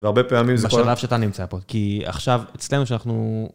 והרבה פעמים זה. בשלב שאתה נמצא פה, כי עכשיו אצלנו שאנחנו...